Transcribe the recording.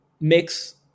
mix